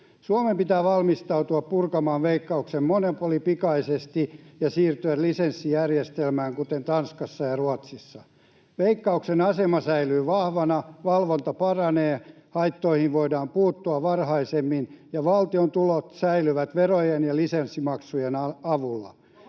Suomen pitää valmistautua purkamaan Veikkauksen monopoli pikaisesti ja siirtyä lisenssijärjestelmään kuten Tanskassa ja Ruotsissa: Veikkauksen asema säilyy vahvana, valvonta paranee, haittoihin voidaan puuttua varhaisemmin ja valtion tulot säilyvät verojen ja lisenssimaksujen avulla.